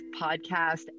podcast